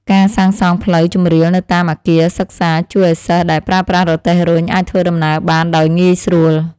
ការសាងសង់ផ្លូវជម្រាលនៅតាមអគារសិក្សាជួយឱ្យសិស្សដែលប្រើប្រាស់រទេះរុញអាចធ្វើដំណើរបានដោយងាយស្រួល។